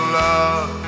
love